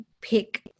pick